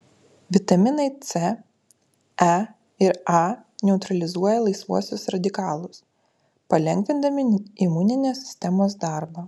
vitaminai c e ir a neutralizuoja laisvuosius radikalus palengvindami imuninės sistemos darbą